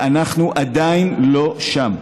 ואנחנו עדיין לא שם.